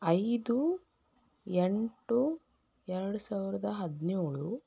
ಐದು ಎಂಟು ಎರಡು ಸಾವಿರದ ಹದಿನೇಳು